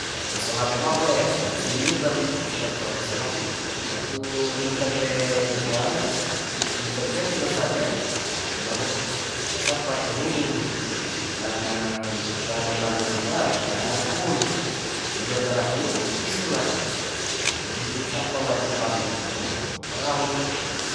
Yatusalakoma ko' ya musti bili tentu sukatu sala ta satu rintek te tuana rintek te kinosawian pakean tela rokut biasa mo pakeni sa sampealo tane tua yang kunmetodelakun tu pisila hem tampala tupali' diemong paramon itu.